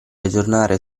aggiornare